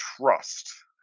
trust